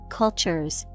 cultures